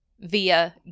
via